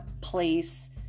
place